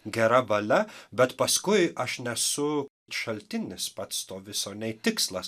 gera valia bet paskui aš nesu šaltinis pats to viso nei tikslas